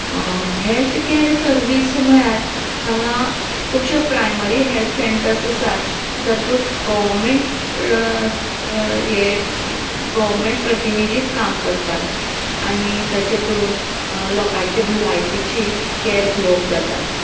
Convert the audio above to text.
health care service म्हळ्यार हांगा खुबश्यो प्रायमरी हेल्थ सेंन्टर्स आसात जातूंत गवर्नमेंन्ट हे गवर्नमेंन्ट प्रतिनिधीच काम करतात आनी जाचे करून लोकांची भलायकीची केर घेवप जाता